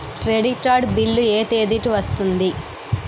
Credit card bill ఎ తేదీ కి వస్తుంది?